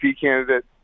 candidate